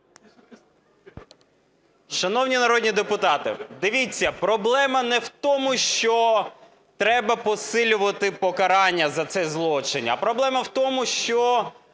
Шановні народні депутати, дивіться, проблема не в тому, що треба посилювати покарання за цей злочин, а проблема в тому, що